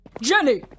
Jenny